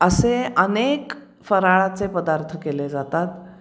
असे अनेक फराळाचे पदार्थ केले जातात